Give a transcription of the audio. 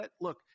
look